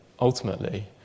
ultimately